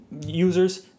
users